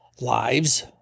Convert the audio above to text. lives